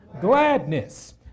Gladness